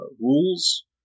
rules